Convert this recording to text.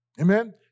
Amen